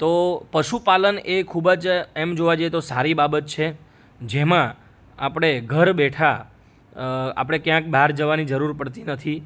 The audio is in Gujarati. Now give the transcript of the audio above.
તો પશુ પાલન એ ખૂબ જ એમ જોવા જઈએ તો સારી બાબત છે જેમાં આપણે ઘર બેઠા આપણે ક્યાંક બહાર જવાની જરૂર પડતી નથી